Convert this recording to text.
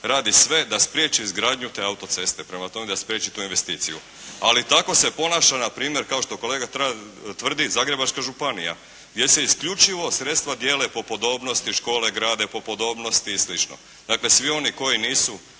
radi sve da spriječi izgradnju te autoceste, prema tome da spriječi tu investiciju. Ali tako se ponaša na primjer kao što kolega tvrdi Zagrebačka županija jer se isključivo sredstva dijele po podobnosti škole, grada i po podobnosti i slično. Dakle, svi oni koji nisu